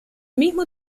mismo